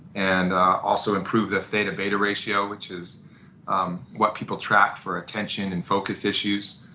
and also improve the theta beta ratio, which is what people track for attention and focus issues.